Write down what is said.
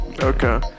Okay